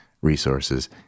resources